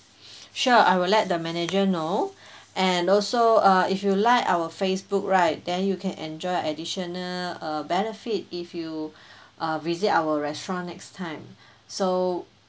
sure I will let the manager know and also uh if you like our Facebook right then you can enjoy additional uh benefit if you uh visit our restaurant next time so